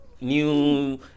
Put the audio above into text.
new